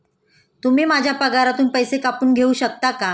तुम्ही माझ्या पगारातून पैसे कापून घेऊ शकता का?